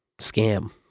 scam